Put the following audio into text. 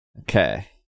Okay